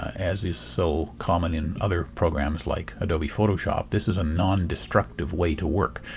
as is so common in other programs like adobe photoshop, this is a nondestructive way to work.